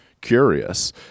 Curious